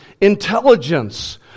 intelligence